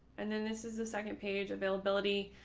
and then this is the second page availability.